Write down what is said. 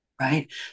right